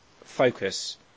focus